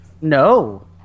no